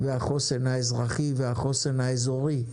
והחוסן האזרחי והחוסן האזורי,